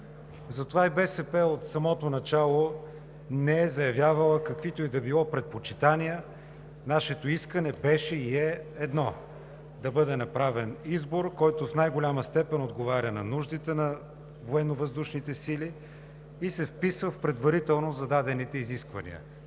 Затова и БСП от самото начало не е заявявала каквито и да е било предпочитания. Нашето искане беше и е едно – да бъде направен избор, който в най-голяма степен отговаря на нуждите на военновъздушните сили и се вписва в предварително зададените изисквания